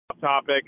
topic